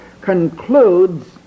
concludes